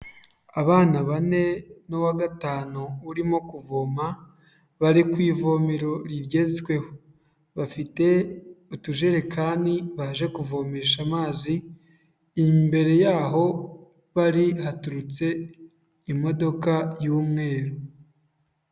Abana bane n'uwa gatanu urimo kuvoma, bari ku ivomero rigezweho, bafite utujerekani baje kuvomesha amazi, imbere y'aho bari haturutse imodoka y'umweru.